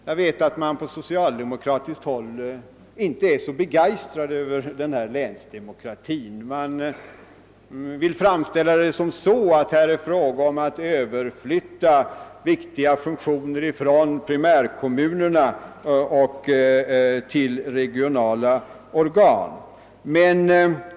Jag vet att man på socialdemokratiskt håll inte är så begeistrad i länsdemokratin; man framställer den gärna så att det här är fråga om att överflytta viktiga funktioner från primärkommunerna till regionala organ.